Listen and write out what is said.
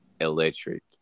electric